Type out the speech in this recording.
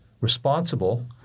responsible